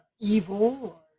evil